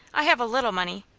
i have a little money,